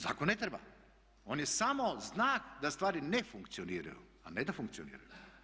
Zakon ne treba, on je samo znak da stvari ne funkcioniraju, a ne da funkcioniraju.